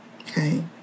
Okay